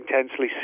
intensely